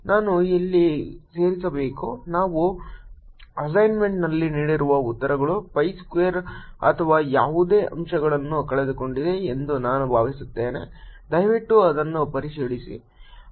ನಾನು ಇಲ್ಲಿ ಸೇರಿಸಲೇಬೇಕು ನಾವು ಅಸೈನ್ಮೆಂಟ್ನಲ್ಲಿ ನೀಡಿರುವ ಉತ್ತರಗಳು pi ಸ್ಕ್ವೇರ್ ಅಥವಾ ಯಾವುದೋ ಅಂಶವನ್ನು ಕಳೆದುಕೊಂಡಿವೆ ಎಂದು ನಾನು ಭಾವಿಸುತ್ತೇನೆ ದಯವಿಟ್ಟು ಅದನ್ನು ಪರಿಶೀಲಿಸಿ